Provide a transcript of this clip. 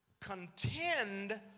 contend